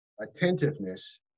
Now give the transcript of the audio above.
attentiveness